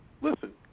listen